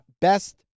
best